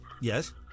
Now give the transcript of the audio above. Yes